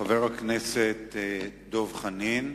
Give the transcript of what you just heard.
חבר הכנסת דב חנין,